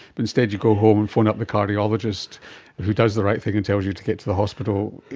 but instead you go home and phone up the cardiologist who does the right thing and tells you to get to the hospital,